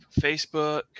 Facebook